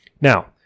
Now